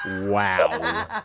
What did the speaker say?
Wow